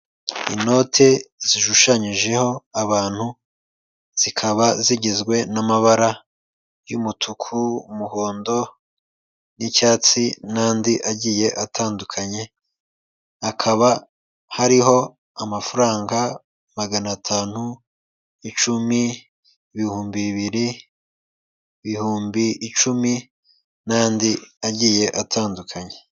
Inote zishushanyijeho abantu zikaba zigizwe n'amabara y'umutuku, umuhondo n'icyatsi n'andi agiye atandukanye hakaba hariho amafaranga magana atanu, icumi, ibihumbi bibiri, ibihumbi icumi n'andi agiye atandukanye.